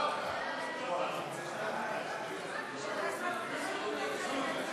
ההצעה להעביר את הצעת חוק רישוי שירותים